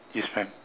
yes maam